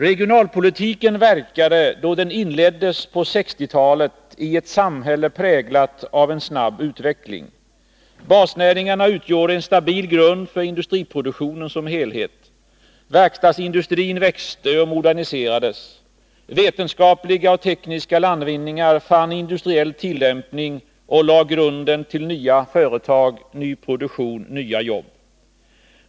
Regionalpolitiken verkade, då den inleddes på 1960-talet, i ett samhälle präglat av en snabb utveckling. Basnäringarna utgjorde en stabil grund för industriproduktionen som helhet. Verkstadsindustrin växte och moderniserades. Vetenskapliga och tekniska landvinningar fann industriell tillämpning och lade grunden till nya företag, ny produktion, nya jobb.